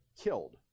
killed